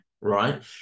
Right